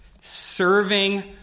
serving